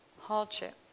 hardship